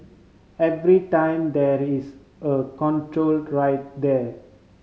every time that is a control right there